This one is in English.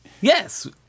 Yes